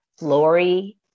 Lori